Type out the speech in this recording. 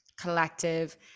collective